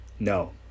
no